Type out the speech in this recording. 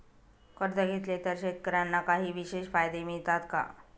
कर्ज घेतले तर शेतकऱ्यांना काही विशेष फायदे मिळतात का?